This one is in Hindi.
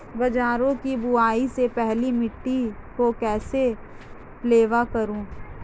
बाजरे की बुआई से पहले मिट्टी को कैसे पलेवा करूं?